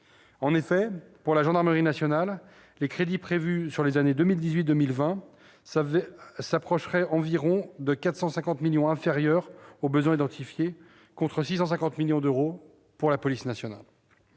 En effet, pour la gendarmerie nationale, les crédits prévus sur les années 2018-2020 seraient inférieurs d'environ 450 millions d'euros aux besoins identifiés, contre 650 millions d'euros pour la police nationale.